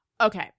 Okay